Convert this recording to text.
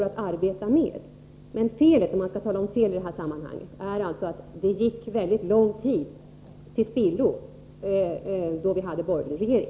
Men felet — om man nu skall tala om fel i det här sammanhanget — är att mycket lång tid gick till spillo då vi hade borgerlig regering.